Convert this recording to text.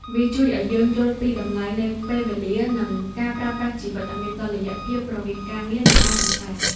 វាជួយឱ្យយើងយល់ពីតម្លៃនៃពេលវេលា និងការប្រើប្រាស់ជីវិតឱ្យមានតុល្យភាពរវាងការងារ និងការកម្សាន្ត។